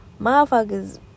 Motherfuckers